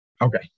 Okay